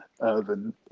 Urban